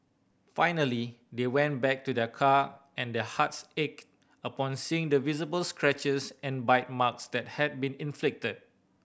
finally they went back to their car and their hearts ached upon seeing the visible scratches and bite marks that had been inflicted